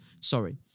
Sorry